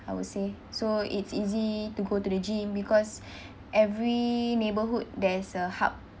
I would say so it's easy to go to the gym because every neighborhood there's a hub